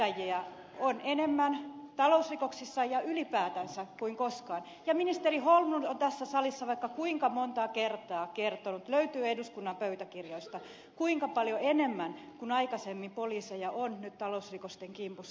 syyttäjiä on enemmän talousrikoksissa ja ylipäätänsä kuin koskaan ja ministeri holmlund on tässä salissa vaikka kuinka monta kertaa kertonut löytyy eduskunnan pöytäkirjoista kuinka paljon enemmän kuin aikaisemmin poliiseja on nyt talousrikosten kimpussa